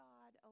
God